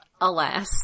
Alas